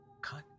cut